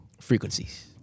Frequencies